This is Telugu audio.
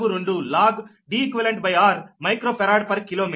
0242 logDeqrమైక్రో ఫరాడ్ పర్ కిలోమీటర్